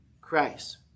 Christ